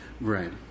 Right